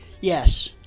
Yes